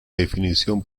definición